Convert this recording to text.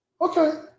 okay